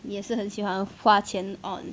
也是很喜欢花钱 on